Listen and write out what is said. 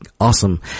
awesome